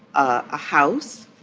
a house,